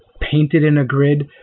painted in a grid.